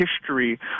history